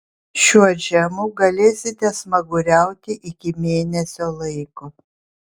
šiuo džemu galėsite smaguriauti iki mėnesio laiko